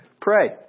pray